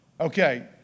Okay